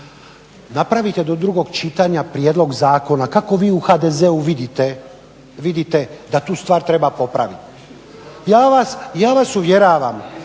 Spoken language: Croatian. napravite do drugog čitanja prijedlog Zakona kako vi u HDZ-u vidite da tu stvar treba popraviti. Ja vas uvjeravam